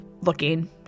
looking